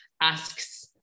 asks